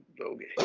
Okay